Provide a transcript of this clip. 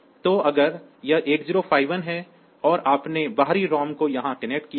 तो अगर यह 8051 है और आपने बाहरी ROM को यहां कनेक्ट किया है